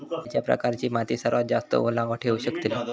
खयच्या प्रकारची माती सर्वात जास्त ओलावा ठेवू शकतली?